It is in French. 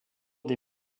des